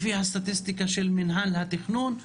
לפי הסטטיסטיקה של מנהל התכנון,